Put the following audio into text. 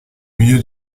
milieu